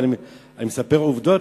אבל אני מספר עובדות,